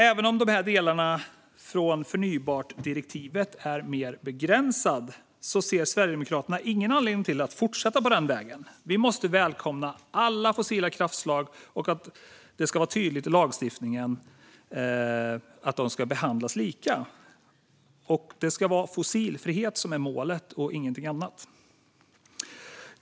Även om delarna från förnybartdirektivet är mer begränsade ser Sverigedemokraterna ingen anledning att fortsätta på den vägen. Vi måste välkomna alla fossilfria kraftslag, och det ska vara tydligt i lagstiftningen att de ska behandlas lika. Fossilfrihet ska vara målet och ingenting annat.